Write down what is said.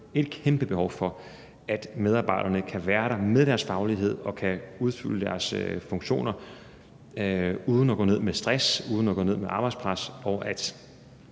et kæmpe behov for, at medarbejderne kan være der med deres faglighed og kan udfylde deres funktioner uden at gå ned med stress, uden at gå ned som følge af arbejdspres, og at